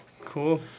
cool